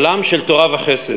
עולם של תורה וחסד.